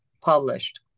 published